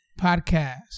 podcast